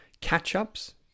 catch-ups